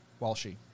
Walshie